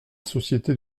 société